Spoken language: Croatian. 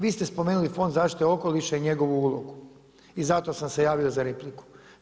Vi ste spomenuli Fond zaštite okoliša i njegovu ulogu i zato sam se javio za repliku.